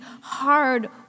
hard